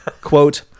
Quote